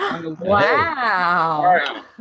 Wow